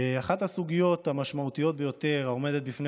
אחת הסוגיות המשמעותיות ביותר העומדת בפני